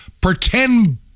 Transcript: pretend